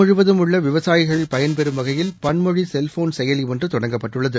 முழுவதும் உள்ள விவசாயிகள் பயன்பெறும் வகையில் நாடு பன்மொழி செல்போன் செயலி ஒன்று தொடங்கப்பட்டுள்ளது